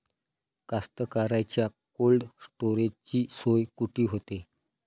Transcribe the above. कास्तकाराइच्या कोल्ड स्टोरेजची सोय कुटी होते?